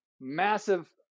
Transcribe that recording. massive